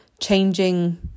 changing